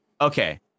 okay